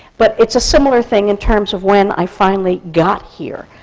but it's a similar thing, in terms of when i finally got here,